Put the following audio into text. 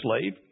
slave